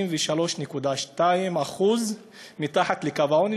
53.2% מתחת לקו העוני,